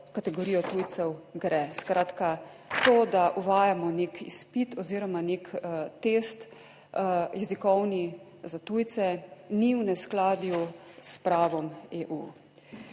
(nadaljevanje) gre. Skratka to, da uvajamo nek izpit oziroma nek test, jezikovni, za tujce, ni v neskladju s pravom EU.